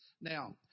Now